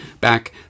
Back